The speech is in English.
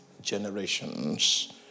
generations